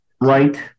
right